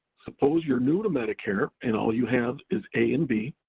suppose you're new to medicare and all you have is a and b,